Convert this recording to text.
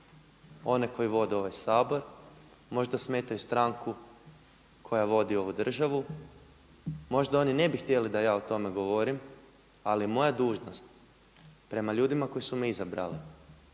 one koji vode ovaj Sabor, možda smetaju stranku koja vodi ovu državu. Možda oni ne bi htjeli da ja o tome govorim, ali je moja dužnost prema ljudima koji su me izabrali